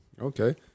Okay